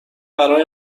برای